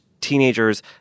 teenagers